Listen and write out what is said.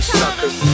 suckers